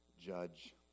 judge